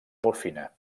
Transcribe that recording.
morfina